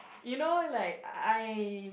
you know like I